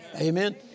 Amen